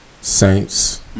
Saints